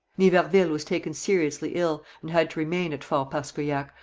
niverville was taken seriously ill, and had to remain at fort paskoyac,